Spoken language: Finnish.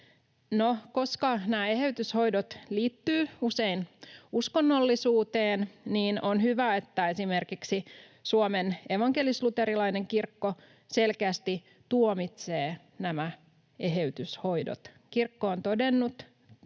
koska nämä eheytyshoidot liittyvät usein uskonnollisuuteen, on hyvä, että esimerkiksi Suomen evankelis-luterilainen kirkko selkeästi tuomitsee nämä eheytyshoidot. Kirkko on todennut: